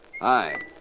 Hi